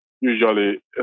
Usually